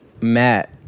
Matt